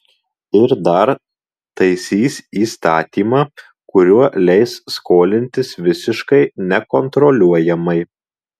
ir dar taisys įstatymą kuriuo leis skolintis visiškai nekontroliuojamai